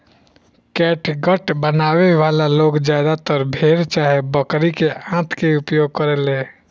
catgut बनावे वाला लोग ज्यादातर भेड़ चाहे बकरी के आंत के उपयोग करेले